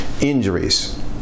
injuries